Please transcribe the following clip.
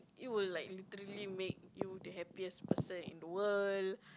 it will like literally make you the happiest person in the world